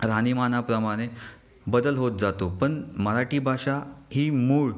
राहणीमानाप्रमाणे बदल होत जातो पण मराठी भाषा ही मूळ